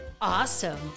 awesome